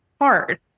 hard